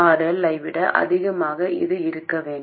ஐ விட அதிகமாக இருக்க வேண்டும்